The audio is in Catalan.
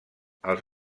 els